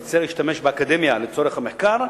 ירצה להשתמש באקדמיה לצורך המחקר,